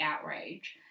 outrage